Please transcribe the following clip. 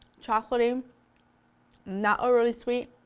chocolaty, um not overly sweet.